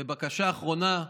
בקשה אחרונה,